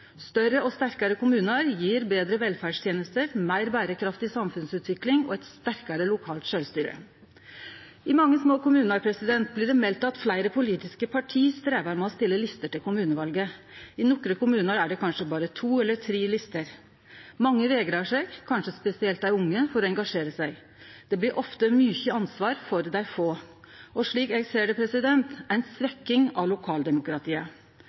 Større og sterkare kommunar gjev betre velferdstenester, meir berekraftig samfunnsutvikling og eit sterkare lokalt sjølvstyre. I mange små kommunar blir det meldt at fleire politiske parti strevar med å stille liste til kommunevalet. I nokre kommunar er det kanskje berre to eller tre lister. Mange vegrar seg, kanskje spesielt dei unge, for å engasjere seg. Det blir ofte mykje ansvar for dei få og – slik eg ser det – ei svekking av lokaldemokratiet.